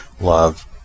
love